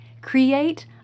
Create